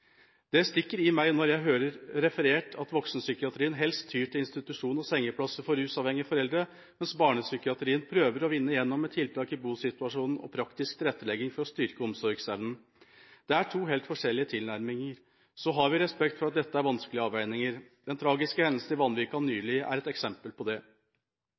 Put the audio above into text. Det stikker i meg når jeg hører referert at voksenpsykiatrien helst tyr til institusjon og sengeplasser for rusavhengige foreldre, mens barnepsykiatrien prøver å vinne igjennom med tiltak i bosituasjonen og praktisk tilrettelegging for å styrke omsorgsevnen. Det er to helt forskjellige tilnærminger. Så har vi respekt for at dette er vanskelige avveininger. Den tragiske hendelsen i Vanvikan nylig er et eksempel på det.